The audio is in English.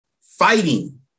fighting